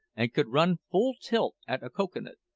and could run full tilt at a cocoa-nut,